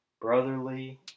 Brotherly